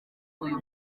uyu